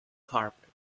carpet